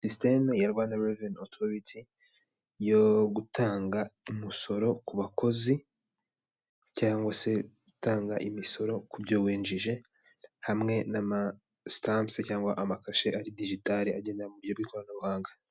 System ya Rwanda Revenue Authority yo gutanga umusoro ku bakozi cyangwa se gutanga imisoro ku byo winjije, hamwe n'amasitance cyangwa amakashe la digitar agenewe mu buryo bw'ikoranabuhanga.